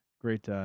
great